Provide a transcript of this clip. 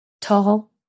tall